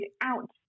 out